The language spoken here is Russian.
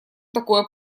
такое